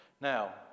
Now